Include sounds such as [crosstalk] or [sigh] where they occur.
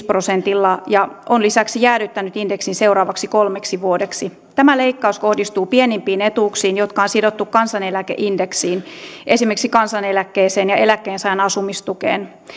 [unintelligible] prosentilla ja on lisäksi jäädyttänyt indeksin seuraavaksi kolmeksi vuodeksi tämä leikkaus kohdistuu pienimpiin etuuksiin jotka on sidottu kansaneläkeindeksiin esimerkiksi kansaneläkkeeseen ja eläkkeensaajan asumistukeen